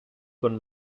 con